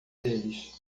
deles